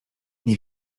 nie